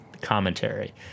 commentary